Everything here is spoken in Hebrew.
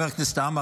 חבר הכנסת עמאר,